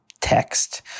text—